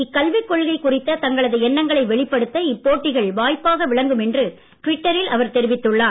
இக்கல்விக் கொள்கை குறித்த தங்களது எண்ணங்களை வெளிப்படுத்த இப்போட்டிகள் வாய்ப்பாக விளங்கும் என்று ட்விட்டரில் அவர் தெரிவித்துள்ளார்